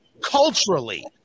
culturally